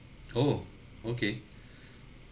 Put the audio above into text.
oh okay